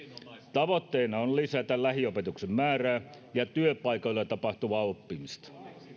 tavoitteena on lisätä lähiopetuksen määrää ja työpaikoilla tapahtuvaa oppimista